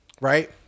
Right